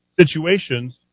situations